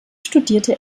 studierte